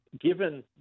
given